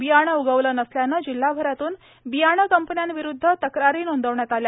बियाणे उगवले नसल्याने जिल्हाभरातून कंपन्यांविरुद्ध तक्रारी नोंदविण्यात आल्या